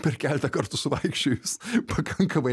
per keletą kartų suvaikščiojus pakankamai